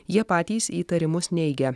jie patys įtarimus neigia